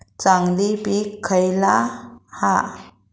चांगली पीक खयला हा?